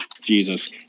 Jesus